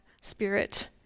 spirit